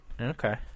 Okay